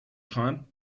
time